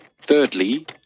Thirdly